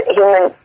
human